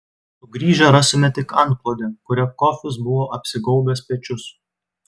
sugrįžę rasime tik antklodę kuria kofis buvo apsigaubęs pečius